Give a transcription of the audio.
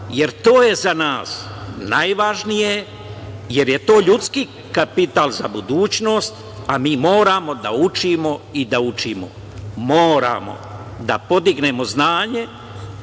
jer to je za nas najvažnije, jer je to ljudski kapital za budućnost, a mi moramo da učimo i učimo. Moramo da podignemo znanje